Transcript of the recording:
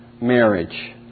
marriage